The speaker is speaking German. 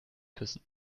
küssen